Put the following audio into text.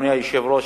אדוני היושב-ראש,